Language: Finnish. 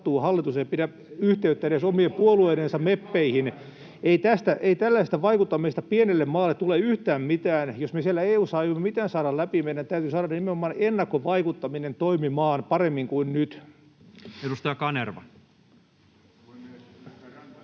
mitä sattuu, hallitus ei pidä yhteyttä edes omien puolueidensa meppeihin. Ei tällaisesta vaikuttamisesta pienelle maalle tule yhtään mitään, jos me siellä EU:ssa ei juuri mitään saada läpi. Meidän täytyy saada nimenomaan ennakkovaikuttaminen toimimaan paremmin kuin nyt. [Speech